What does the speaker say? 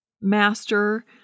master